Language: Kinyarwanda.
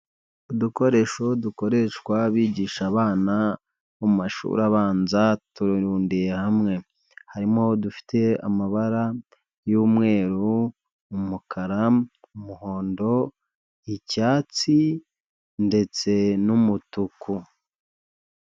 Udukoresho dukoreshwa bigisha abana mu mashuri abanza turundiye hamwe. Harimo udufite amabara y'umweru, umukara, umuhondo, icyatsi ndetse n'umutuku.